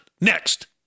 next